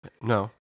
No